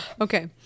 Okay